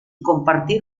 compartir